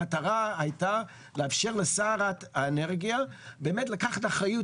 המטרה הייתה לאפשר לשר האנרגיה באמת לקחת אחריות